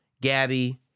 Gabby